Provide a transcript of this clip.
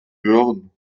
hören